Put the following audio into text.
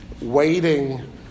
waiting